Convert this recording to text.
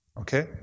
Okay